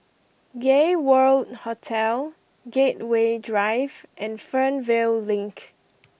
Gay World Hotel Gateway Drive and Fernvale Link